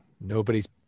nobody's